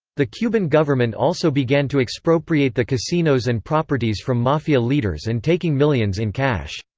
the cuban government also began to expropriate the casinos and properties from mafia leaders and taking millions in cash.